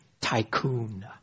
tycoon